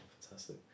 fantastic